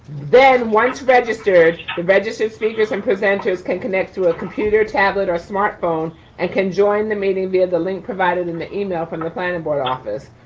then once registered the registered speakers and presenters can connect to a computer tablet or smartphone and can join the meeting via the link provided in the email from the the planning board office.